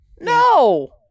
No